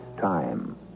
time